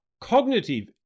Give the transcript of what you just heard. cognitive